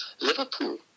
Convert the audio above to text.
Liverpool